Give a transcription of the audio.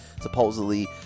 supposedly